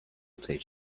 teach